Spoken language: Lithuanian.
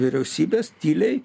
vyriausybės tyliai